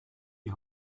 die